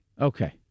Okay